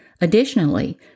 Additionally